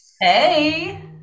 hey